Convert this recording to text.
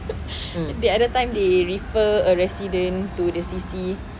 the other time they refer a resident to the C_C